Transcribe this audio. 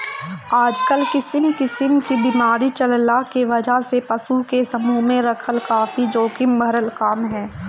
आजकल किसिम किसिम क बीमारी चलला के वजह से पशु के समूह में रखल काफी जोखिम भरल काम ह